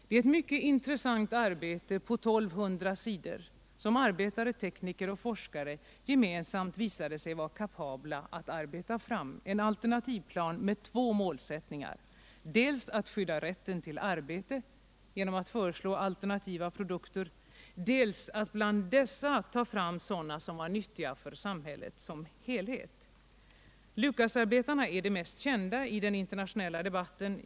Det är ett mycket intressant arbete på 1 200 sidor som arbetare, tekniker och forskare visat sig vara kapabla att gemensamt arbeta fram, en alternativplan med två målsättningar: dels att skydda rätten till arbete genom förslag till alternativa produkter, dels att bland dessa ta fram sådana som är nyttiga för samhället som helhet. Lucasarbetarna är det mest kända exemplet i den internationella debatten.